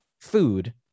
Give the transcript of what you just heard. food